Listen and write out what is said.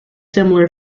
similar